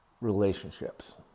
relationships